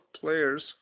players